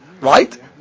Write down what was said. right